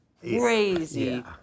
Crazy